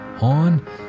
on